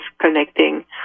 connecting